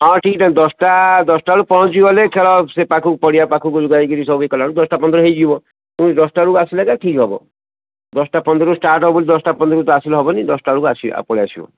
ହଁ ଠିକ୍ ତମେ ଦଶଟା ଦଶଟା ବେଳକୁ ପହଞ୍ଚିବ ହେଲେ ଖେଳ ସେ ପାଖକୁ ପଡ଼ିଆ ପାଖକୁ ଯାଇକିରି ସବୁ ଇଏ କଲାବେଳକୁ ଦଶଟା ପନ୍ଦର ହୋଇଯିବ ପୁଣି ଦଶଟାରୁ ଆସିଲେ ଏକା ଠିକ୍ ହବ ଦଶଟା ପନ୍ଦରରୁ ଷ୍ଟାର୍ଟ ହେବ ଯେ ଦଶଟା ପନ୍ଦରକୁ ତ ଆସିଲେ ହେବନି ଦଶଟା ବେଳକୁ ଆସିବା ପଳାଇ ଆସିବ